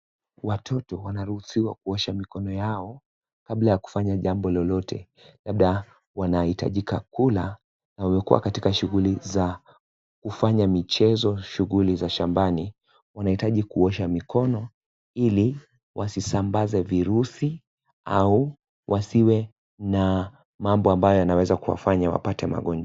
Watoto wanaruhusiwa kuosha mikono yao kabla ya kufanya jambo lolote, labda wanahitajika kula au wako katika shughuli za kufanya michezo, shughuli za shambani, wanahitaji kuosha mikono ili wasisambaze virusi au wasiwe na mambo ambayao yanaweza kuwafanya wapate magonjwa.